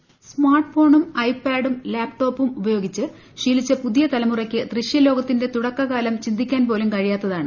പ്രോയ്സ് smart ഫോണും ഐ പ്പാഡും ലാപ്ടോപ്പും ഉപയോഗിച്ച് ശീലിച്ച പുതിയ തലമുറയ്ക്ക് ദൃശ്ചൂർലോകത്തിന്റെ തുടക്കകാലം ചിന്തിക്കാൻ പോലും കഴിയാത്തതാണ്